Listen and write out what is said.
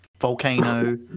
Volcano